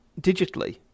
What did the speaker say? digitally